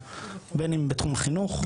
בין אם בתחום החינוך,